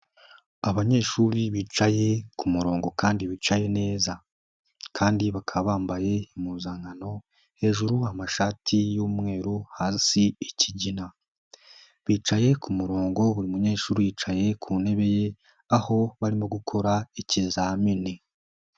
Abanyeshuri bicaye ku murongo kandi bicaye neza kandi bakaba bambaye impuzankano, hejuru amashati y'umweru, hasi ikigina. Bicaye ku murongo, buri munyeshuri yicaye ku ntebe ye, aho barimo gukora ikizamini.